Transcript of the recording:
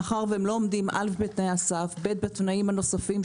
מאחר והם לא עומדים בתנאי הסף ובתנאים הנוספים,